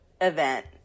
event